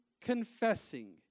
confessing